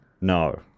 No